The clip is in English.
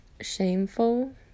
shameful